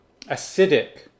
acidic